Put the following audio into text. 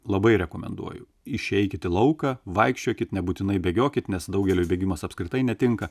labai rekomenduoju išeikit į lauką vaikščiokit nebūtinai bėgiokit nes daugeliui bėgimas apskritai netinka